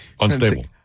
Unstable